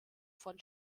von